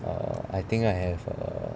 err I think I have err